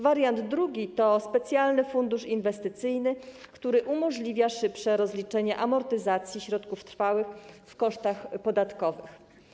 Wariant drugi to specjalny fundusz inwestycyjny, który umożliwia szybsze rozliczanie amortyzacji środków trwałych w kosztach podatkowych.